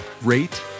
rate